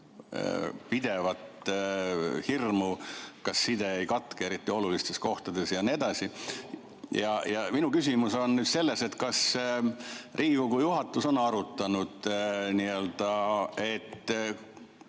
pidevat hirmu, kas side ei katke eriti olulistes kohtades jne. Minu küsimus on selles, et kas Riigikogu juhatus on arutanud,